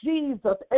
Jesus